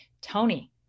Tony